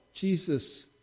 Jesus